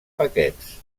paquets